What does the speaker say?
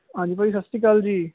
ਹਾਂਜੀ ਭਾਅ ਜੀ ਸਤਿ ਸ਼੍ਰੀ ਅਕਾਲ ਜੀ